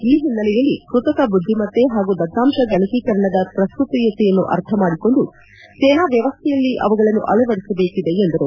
ಈ ಹಿನ್ನೆಲೆಯಲ್ಲಿ ಕೃತಕ ಬುದ್ಧಿಮತ್ತೆ ಹಾಗೂ ದತ್ತಾಂಶ ಗಣಕೀಕರಣದ ಪ್ರಸ್ತುತತೆಯನ್ನು ಅರ್ಥಮಾಡಿಕೊಂಡು ಸೇನಾ ವ್ಯವಸ್ವೆಯಲ್ಲಿ ಅವುಗಳನ್ನು ಅಳವಡಿಸಬೇಕಿದೆ ಎಂದರು